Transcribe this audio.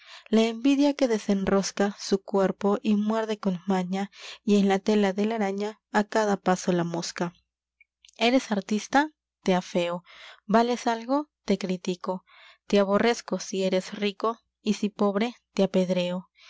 la su envidia que desenrosca cuerpo y muerde con maña y en la tela de la araña á cada paso la mosca eres artista te afeo vales algo te critico te aborrezco si eres rico y si pobre te apedreo